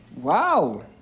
Wow